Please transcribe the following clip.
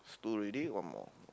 two already one more